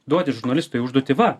duoti žurnalistui užduotį va